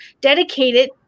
dedicated